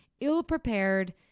ill-prepared